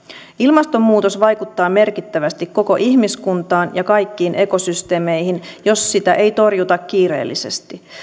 ilmastonmuutos vaikuttaa merkittävästi koko ihmiskuntaan ja kaikkiin ekosysteemeihin jos sitä ei torjuta kiireellisesti